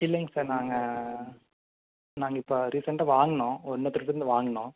இல்லைங்க சார் நாங்கள் நாங்கள் இப்போ ரீசெண்ட்டாக வாங்குனோம் இன்னொருத்தர்கிட்டருந்து வாங்குனோம்